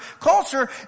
culture